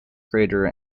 greater